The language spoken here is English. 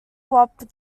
wop